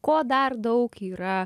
kuo dar daug yra